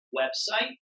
website